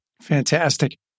Fantastic